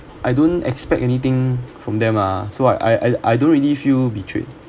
I don't expect anything from them lah so I I I don't really feel betrayed